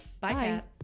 bye